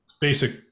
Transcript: basic